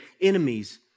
enemies